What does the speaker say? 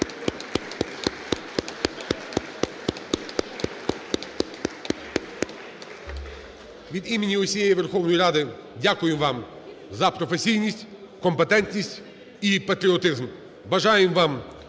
Від імені всієї Верховної Ради дякуємо вам за професійність, компетентність і патріотизм. Бажаємо вам